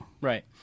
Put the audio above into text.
Right